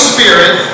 Spirit